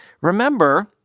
remember